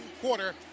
quarter